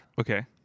Okay